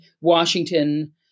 Washington